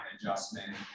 adjustment